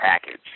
package